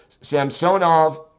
samsonov